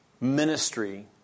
ministry